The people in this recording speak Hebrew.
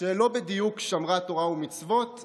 שלא בדיוק שמרה תורה ומצוות,